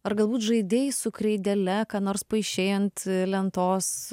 ar galbūt žaidei su kreidele ką nors paišei ant lentos